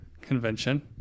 convention